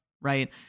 right